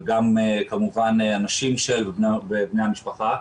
וגם כמובן הנשים של ובני המשפחה.